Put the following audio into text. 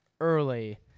early